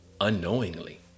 unknowingly